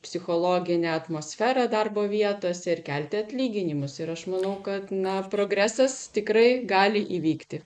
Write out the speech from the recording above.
psichologinę atmosferą darbo vietose ir kelti atlyginimus ir aš manau kad na progresas tikrai gali įvykti